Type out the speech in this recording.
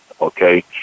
okay